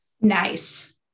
Nice